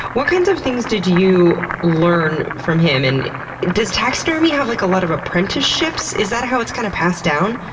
what kind of things did you learn from him? and does taxidermy have like a lot of apprenticeships? is that how it's, kind of, passed down?